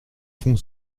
fond